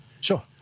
Sure